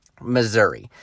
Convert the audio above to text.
Missouri